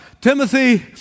Timothy